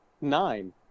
nine